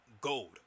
gold